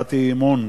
הצעת אי-אמון,